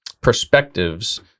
perspectives